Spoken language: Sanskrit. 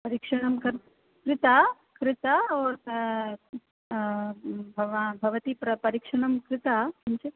परीक्षणं कर् कृता कृता ओर् भवा भवती प्र परीक्षणं कृता